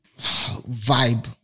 vibe